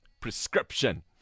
Prescription